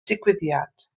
digwyddiad